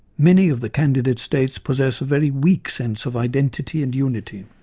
many of the candidate states possess a very weak sense of identity and unity.